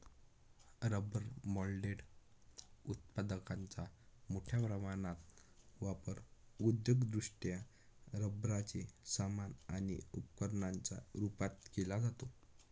rubber moulded उत्पादकांचा मोठ्या प्रमाणात वापर औद्योगिकदृष्ट्या रबराचे सामान आणि उपकरणांच्या रूपात केला जातो